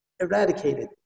Eradicated